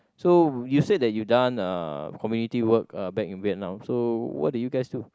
so you said that you done uh community work uh back in Vietnam so what did you guys do